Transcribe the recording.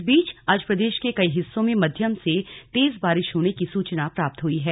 इस बीच आज प्रदेश के कई हिस्सों में मध्यम से तेज बारिश होने की सूचना प्राप्त हुई है